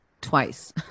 twice